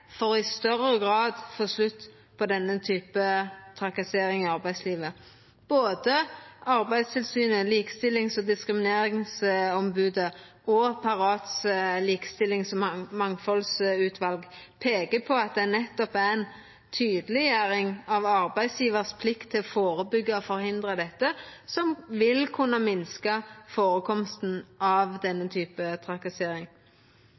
for i større grad å få slutt på denne typen trakassering i arbeidslivet. Både Arbeidstilsynet, Likestillings- og diskrimineringsombodet og Parats likestillings- og mangfaldsutval peiker på at det nettopp er ei tydeleggjering av plikta til arbeidsgjevaren til å førebyggja og forhindra dette som vil kunna minska førekomsten av denne